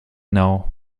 now